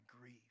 grief